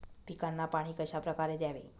पिकांना पाणी कशाप्रकारे द्यावे?